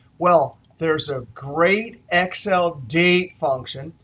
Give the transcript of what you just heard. well, there's a great excel date function.